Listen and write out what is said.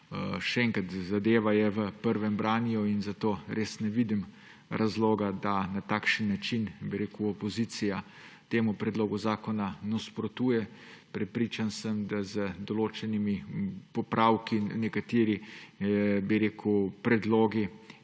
Še enkrat, zadeva je v prvem branju in zato res ne vidim razloga, da na takšen način opozicija temu predlogu zakona nasprotuje. Prepričan sem, da so z določenimi popravki nekateri predlogi